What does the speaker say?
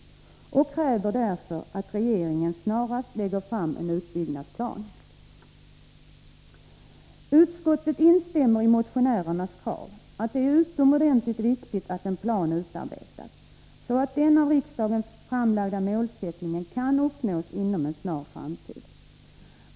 Motionärerna kräver därför att regeringen snarast lägger fram en utbyggnadsplan. Utskottet instämmer i motionärernas åsikt att det är utomordentligt viktigt att en plan utarbetas, så att den av riksdagen fastlagda målsättningen kan uppnås inom en snar framtid.